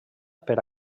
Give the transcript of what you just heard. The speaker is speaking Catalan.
per